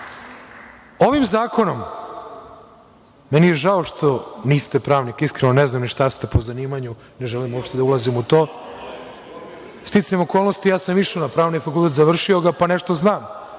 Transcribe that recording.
ovo desilo. Meni je žao što niste pravnik, iskreno ne znam šta ste po zanimanju, ne želim uopšte da ulazim u to, sticajem okolnosti ja sam išao na pravni fakultet, završio ga, pa nešto znam